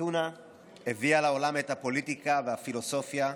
אתונה הביאה לעולם את הפוליטיקה והפילוסופיה,